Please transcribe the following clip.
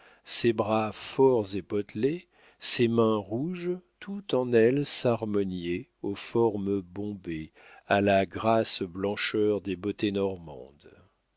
ses bras forts et potelés ses mains rouges tout en elle s'harmoniait aux formes bombées à la grasse blancheur des beautés normandes